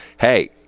hey